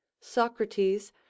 Socrates